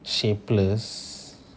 shapeless